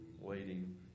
waiting